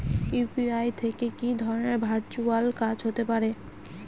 UPI থেকে কি ধরণের ভার্চুয়াল কাজ হতে পারে?